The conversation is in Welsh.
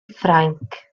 ffrainc